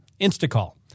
insta-call